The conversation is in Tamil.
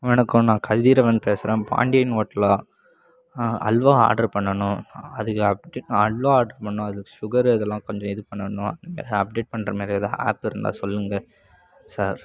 வணக்கம் நான் கதிரவன் பேசுறேன் பாண்டியன் ஹோட்டலா அல்வா ஆர்ட்ரு பண்ணணும் அதுக்கு அல்வா ஆர்ட்ரு பண்ணும் அதுக்கு சுகர் அதெலாம் கொஞ்சம் இது பண்ணணும் அப்டேட் பண்ணுற மாதிரி எதா ஆப் இருந்தா சொல்லுங்கள் சார்